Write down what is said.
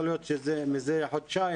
יכול להיות שמזה חודשיים,